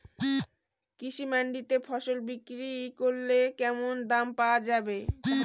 কৃষি মান্ডিতে ফসল বিক্রি করলে কেমন দাম পাওয়া যাবে?